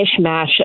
mishmash